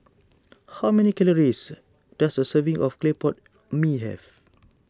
how many calories does a serving of Clay Pot Mee have